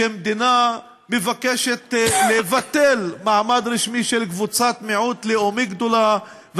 שמדינה מבקשת לבטל מעמד רשמי של קבוצת מיעוט לאומי גדולה,